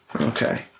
Okay